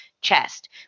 chest